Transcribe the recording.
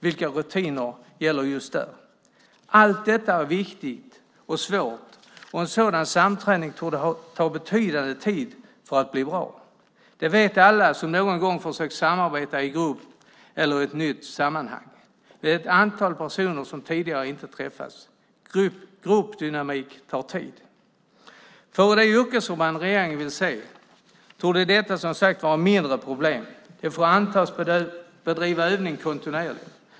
Vilka rutiner gäller just där? Allt detta är viktigt och svårt. En sådan samträning torde ta betydande tid för att bli bra. Det vet alla som någon gång har försökt samarbeta i grupp eller i ett nytt sammanhang. Det är ett antal personer som tidigare inte har träffats. Gruppdynamik tar tid. För det yrkesförband regeringen vill se torde detta som sagt vara ett mindre problem. De får antas bedriva övning kontinuerligt.